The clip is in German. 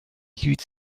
hielt